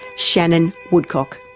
shannon woodcock.